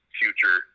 future